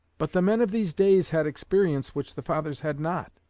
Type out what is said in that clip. but the men of these days had experience which the fathers had not,